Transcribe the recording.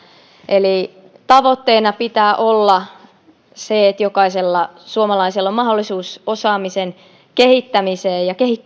eli tavoitteena pitää olla että jokaisella suomalaisella on mahdollisuus osaamisen kehittämiseen ja